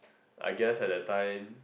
I guess at that time